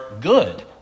good